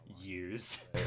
years